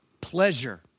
Pleasure